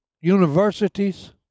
universities